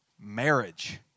marriage